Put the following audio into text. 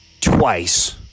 twice